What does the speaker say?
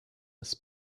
his